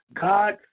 God